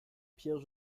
pierre